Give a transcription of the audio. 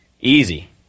Easy